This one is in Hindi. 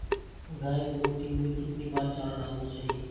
गाय को दिन में कितनी बार चारा डालना चाहिए?